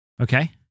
Okay